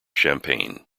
champagne